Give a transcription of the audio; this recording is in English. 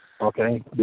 Okay